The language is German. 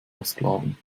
versklaven